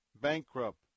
bankrupt